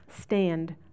Stand